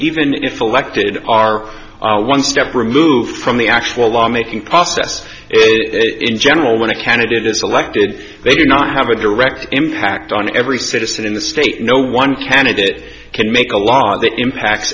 even if elected are are one step removed from the actual law making process it in general when a candidate is elected they do not have a direct impact on every citizen in the state no one candidate can make a law that impacts